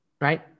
Right